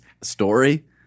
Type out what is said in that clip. Story